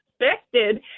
expected